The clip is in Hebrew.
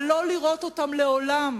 אבל לא לראות אותם לעולם